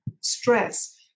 stress